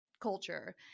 culture